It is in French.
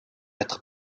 être